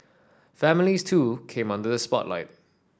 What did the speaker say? families too came under spotlight